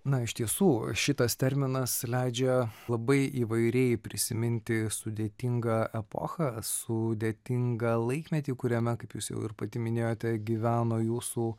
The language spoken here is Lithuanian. na iš tiesų šitas terminas leidžia labai įvairiai prisiminti sudėtingą epochą sudėtingą laikmetį kuriame kaip jūs jau ir pati minėjote gyveno jūsų